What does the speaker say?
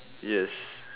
yes